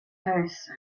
house